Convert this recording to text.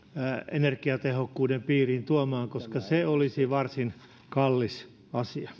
energiatehokkuuden piiriin tuomassa koska se olisi varsin kallis asia